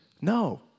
No